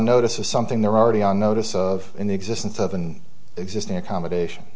notice or something they're already on notice of the existence of an existing accommodation